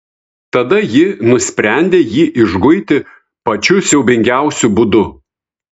tada ji nusprendė jį išguiti pačiu siaubingiausiu būdu